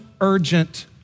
urgent